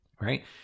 right